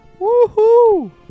Woohoo